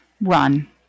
run